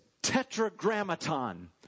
Tetragrammaton